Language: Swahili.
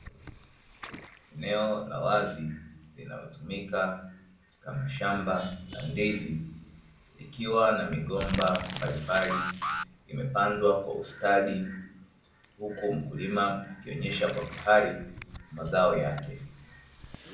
Eneo la wazi linalotumika kama shamba la ndizi, likiwa na migomba mbalimbali imepandwa kwa ustadi, huku mkulima akionyesha kwa fahari mazao yake.